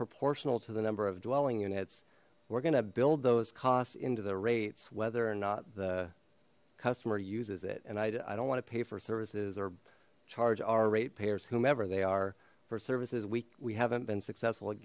proportional to the number of dwelling units we're gonna build those costs into the rates whether or not the customer uses it and i don't want to pay for services or charge our ratepayers whomever they are for services we haven't been successful